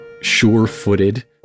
sure-footed